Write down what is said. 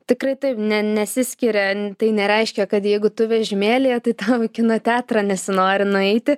tikrai taip ne nesiskiria tai nereiškia kad jeigu tu vežimėlyje tai tau į kino teatrą nesinori nueiti